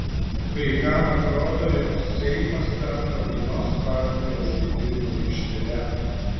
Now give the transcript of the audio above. kai kam atrodo jog seimas tampa vienos partijos žaidimų aikštele